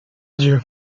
dieu